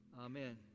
Amen